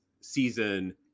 season